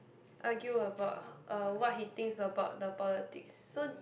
argue about uh what he thinks about the politics so